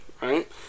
Right